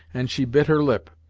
and she bit her lip,